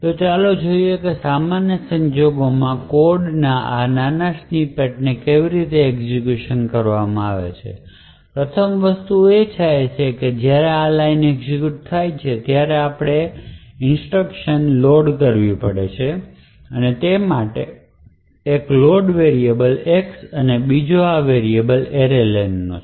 તો ચાલો જોઈએ કે સામાન્ય સંજોગોમાં કોડ ના આ નાના સ્નિપેટને કેવી રીતે એક્ઝેક્યુશન કરવામાં આવે છે તેથી પ્રથમ વસ્તુ થાય છે કે જ્યારે આ લાઈન એક્ઝેક્યુટ થાય છે ત્યારે આપણે ઇન્સટ્રકશન લોડ કરવી પડશે તે માટેનો એક લોડ વેરીએબલ X અને બીજો આ વેરીએબલ array len નો છે